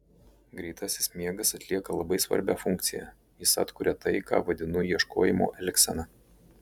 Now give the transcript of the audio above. greitasis miegas atlieka labai svarbią funkciją jis atkuria tai ką vadinu ieškojimo elgsena